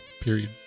Period